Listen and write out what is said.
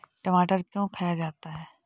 टमाटर क्यों खाया जाता है?